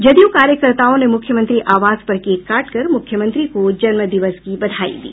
जदयू कार्यकर्ताओं ने मुख्यमंत्री आवास पर केक काटकर मुख्यमंत्री को जन्मदिवस की बधाई दी